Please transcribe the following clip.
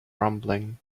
rumbling